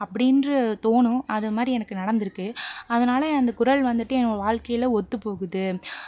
அப்டின்னு தோணும் அதுமாதிரி எனக்கு நடந்திருக்கு அதனால் அந்த குறள் வந்துட்டு என்னோட வாழ்க்கையில் ஒத்துப்போகுது